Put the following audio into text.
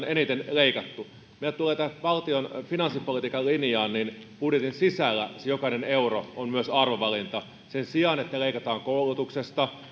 eniten leikattu mitä tulee tähän valtion finanssipolitiikan linjaan niin budjetin sisällä jokainen euro on myös arvovalinta sen sijaan että leikataan koulutuksesta